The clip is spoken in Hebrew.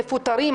מפוטרים,